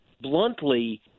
bluntly